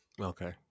Okay